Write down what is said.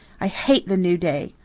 i hate the new day,